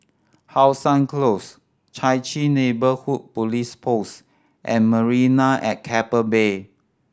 How Sun Close Chai Chee Neighbourhood Police Post and Marina at Keppel Bay